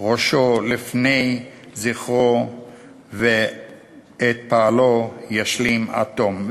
ראשו בפני זכרו ואת פועלו ישלים עד תום".